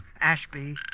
Ashby